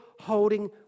holding